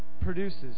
produces